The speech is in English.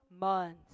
months